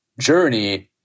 journey